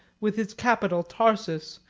with its capital tarsus,